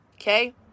Okay